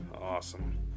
Awesome